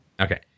Okay